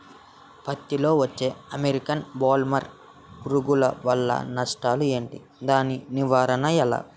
పత్తి లో వచ్చే అమెరికన్ బోల్వర్మ్ పురుగు వల్ల నష్టాలు ఏంటి? దాని నివారణ ఎలా?